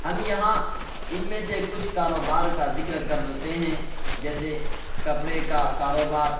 ہم یہاں ان میں سے کچھ کاروبار کا ذکر کر تے ہیں جیسے کپڑے کا کاروبار